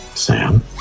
Sam